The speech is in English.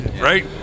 right